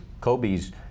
Kobe's